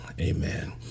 Amen